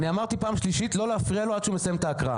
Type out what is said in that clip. אני אמרתי לא להפריע לו עד שהוא מסיים את זכות ההקראה.